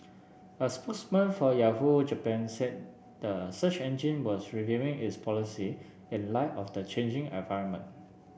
a spokesman for Yahoo Japan said the search engine was reviewing its policy in light of the changing environment